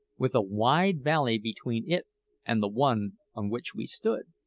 with a wide valley between it and the one on which we stood.